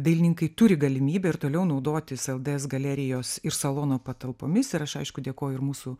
dailininkai turi galimybę ir toliau naudotis lds galerijos iš salono patalpomis ir aš aišku dėkoju ir mūsų